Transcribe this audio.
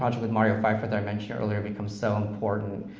um with mario pfeifer that i mentioned earlier becomes so important,